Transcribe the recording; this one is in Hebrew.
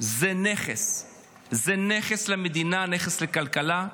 זה נכס למדינה, נכס לכלכלה.